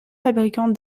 fabricants